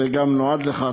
זה נועד גם לך,